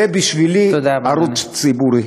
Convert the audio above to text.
זה בשבילי ערוץ ציבורי.